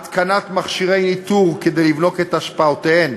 התקנת מכשירי ניטור כדי לבדוק את השפעותיהן